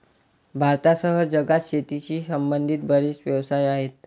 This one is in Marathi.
भारतासह जगात शेतीशी संबंधित बरेच व्यवसाय आहेत